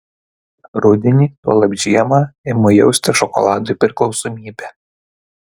rudenį tuolab žiemą imu jausti šokoladui priklausomybę